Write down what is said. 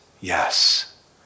yes